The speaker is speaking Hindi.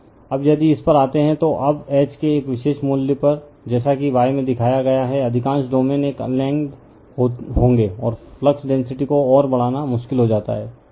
रिफर स्लाइड टाइम 2352 अब यदि इस पर आते हैं तो अब H के एक विशेष मूल्य पर जैसा कि y में दिखाया गया है अधिकांश डोमेन एक अल्लिग्नड होंगे और फ्लक्स डेंसिटी को और बढ़ाना मुश्किल हो जाता है